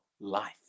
life